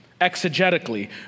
exegetically